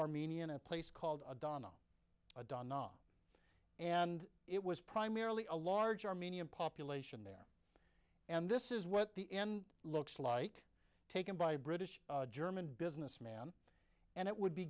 armenian a place called donna donna and it was primarily a large armenian population there and this is what the end looks like taken by a british german businessman and it would be